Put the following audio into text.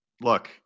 look